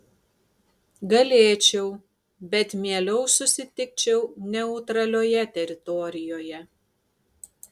galėčiau bet mieliau susitikčiau neutralioje teritorijoje